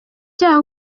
cyaha